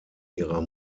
ihrer